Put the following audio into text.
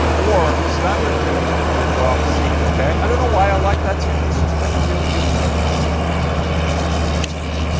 or standard d with a drop c, okay? i don't know why i like that tuning, it's just like a really good middle ground and i'm used to it,